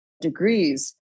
degrees